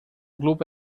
grupo